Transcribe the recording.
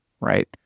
Right